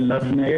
מודל,